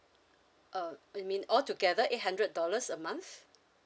uh you mean all together eight hundred dollars a month